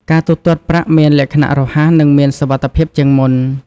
ការទូទាត់ប្រាក់មានលក្ខណៈរហ័សនិងមានសុវត្ថិភាពជាងមុន។